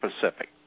Pacific